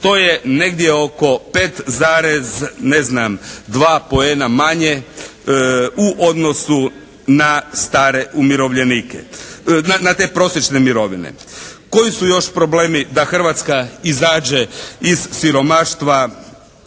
To je negdje oko 5, ne znam poena manje u odnosu na stare umirovljenike, na te prosječne mirovine. Koji su još problemi da Hrvatska izađe iz siromaštva